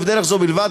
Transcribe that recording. ובדרך זו בלבד,